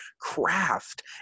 craft